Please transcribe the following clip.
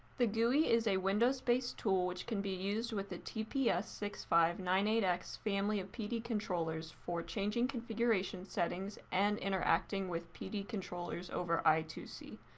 the gui is a windows based tool which can be used with the t p s six five nine eight x family of pd controllers for changing configuration settings and interacting with pd controllers over i two c.